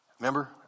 Remember